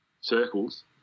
circles